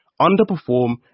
underperform